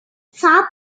சாப்பிட